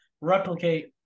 replicate